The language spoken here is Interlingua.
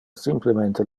simplemente